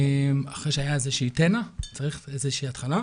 אחרי שהיה איזשהו תנע - צריך איזושהי התחלה.